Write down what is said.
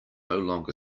longer